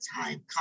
time